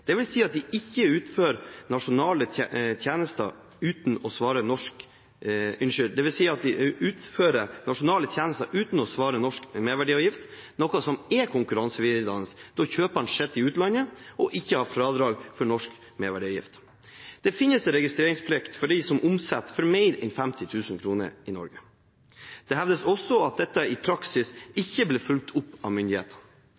at de utfører nasjonale tjenester uten å svare norsk merverdiavgift, noe som er konkurransevridende, da kjøperen sitter i utlandet og ikke har fradrag for norsk merverdiavgift. Det finnes registreringsplikt for dem som omsetter for mer enn 50 000 kr i Norge. Det hevdes også at dette i praksis ikke blir fulgt opp av myndighetene.